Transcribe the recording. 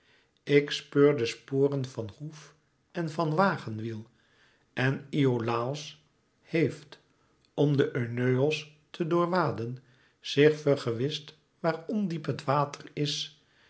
ik speur de sporen van hoef en van wagenwiel en iolàos heeft om den euenos te doorwaden zich vergewist waar ondiep het water is